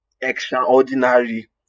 extraordinary